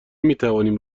میتوانیم